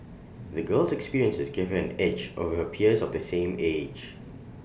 the girl's experiences gave her an edge over her peers of the same age